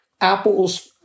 Apple's